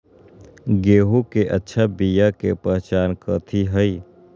गेंहू के अच्छा बिया के पहचान कथि हई?